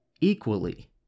equally